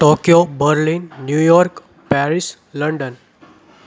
Tokyo Berlin New York Paris London